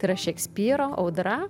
tai yra šekspyro audra